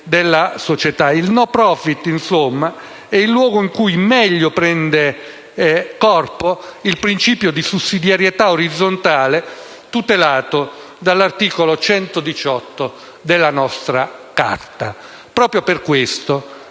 Il *no profit*, insomma, è il luogo in cui meglio prende corpo il principio di sussidiarietà orizzontale tutelato dall'articolo 118 della nostra Carta